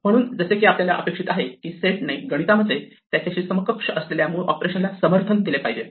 म्हणून जसे की आपल्याला अपेक्षित आहे की सेट ने गणितामध्ये त्याच्याशी समकक्ष असलेल्या मूळ ऑपरेशन ला समर्थन दिले पाहिजे